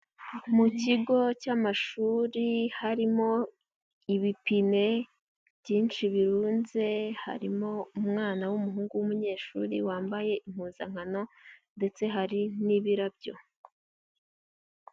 Mu kigo cy'amashuri harimo ibipine byinshi birunze, harimo umwana w'umuhungu w'umunyeshuri wambaye impuzankano ndetse hari n'ibirabyo.